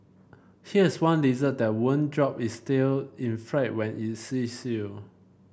here's one lizard that won't drop its tail in fright when it sees you